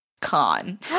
con